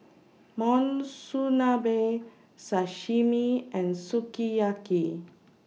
Monsunabe Sashimi and Sukiyaki